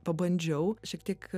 pabandžiau šiek tiek